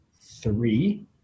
three